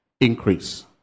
increase